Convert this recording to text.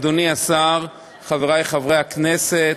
אדוני השר, חברי חברי הכנסת,